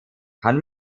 kann